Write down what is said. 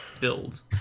build